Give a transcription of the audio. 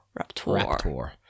Raptor